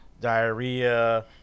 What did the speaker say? diarrhea